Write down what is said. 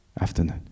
afternoon